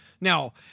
Now